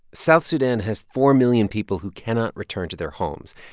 south sudan has four million people who cannot return to their homes,